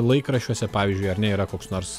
laikraščiuose pavyzdžiui ar ne yra koks nors